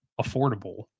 affordable